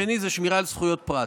והתנאי השני זה שמירה על זכויות פרט.